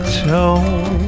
tone